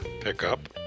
pickup